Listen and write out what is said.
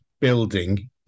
building